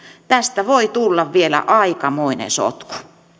tästä voi tulla vielä aikamoinen sotku